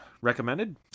recommended